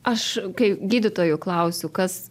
aš kaip gydytojo klausiu kas